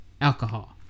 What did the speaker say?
alcohol